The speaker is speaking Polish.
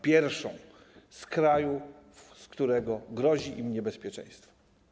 Pierwszą z kraju, z którego grozi im niebezpieczeństwo.